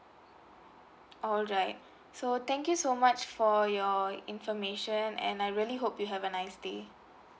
alright so thank you so much for your information and I really hope you have a nice day